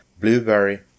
blueberry